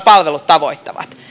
palvelut tavoittavat